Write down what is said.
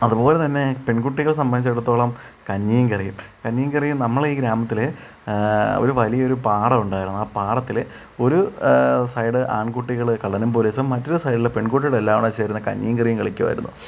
അതു പോലെ തന്നെ പെൺകുട്ടികളെ സമ്പന്ധിച്ചിടത്തോളം കഞ്ഞീം കറിയും കഞ്ഞീങ്കറിയും നമ്മളീ ഗ്രാമത്തിൽ ഒരു വലിയൊരു പാറ ഉണ്ടായിരുന്നു ആ പാടത്തിൽ ഒരു സൈഡ് ആൺകുട്ടികൾ കള്ളനും പോലീസും മറ്റൊരു സൈഡിൽ പെൺകുട്ടികളെല്ലാങ്കൂടെച്ചേർന്ന് കഞ്ഞീങ്കറിയും കളിക്കുവായിരുന്നു